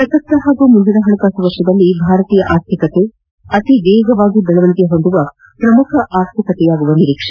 ಪ್ರಸಕ್ತ ಹಾಗೂ ಮುಂದಿನ ಹಣಕಾಸು ವರ್ಷದಲ್ಲಿ ಭಾರತೀಯ ಆರ್ಥಿಕತೆ ಅತಿವೇಗವಾಗಿ ಬೆಳವಣಿಗೆ ಹೊಂದುವ ಪ್ರಮುಖ ಆರ್ಥಿಕತೆಯಾಗುವ ನಿರೀಕ್ಷೆ